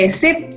sip